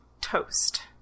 toast